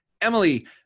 Emily